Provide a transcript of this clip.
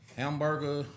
hamburger